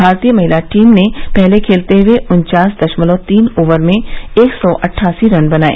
भारतीय महिला टीम ने पहले खेलते हुये उन्चास दशमलव तीन ओवर में एक सौ अट्ठासी रन बनाए